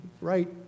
Right